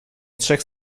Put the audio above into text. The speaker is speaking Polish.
trzech